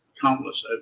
countless